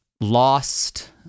lost